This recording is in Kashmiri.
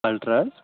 الٹرٛا حظ